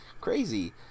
crazy